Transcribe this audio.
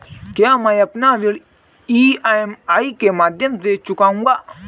क्या मैं अपना ऋण ई.एम.आई के माध्यम से चुकाऊंगा?